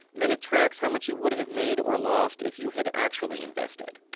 then it tracks how much you would have made or lost if you had actually invested.